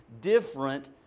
different